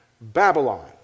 Babylon